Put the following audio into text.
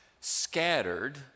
scattered